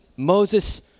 Moses